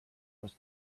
was